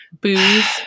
booze